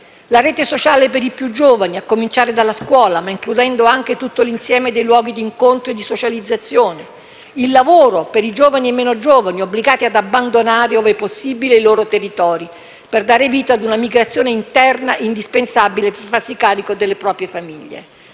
la rete sociale per i più giovani, a cominciare dalla scuola, ma includendo anche tutto l'insieme dei luoghi di incontro e di socializzazione; il lavoro per i giovani e meno giovani, obbligati ad abbandonare i loro territori per dare vita a una migrazione interna indispensabile per farsi carico delle proprie famiglie.